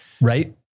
Right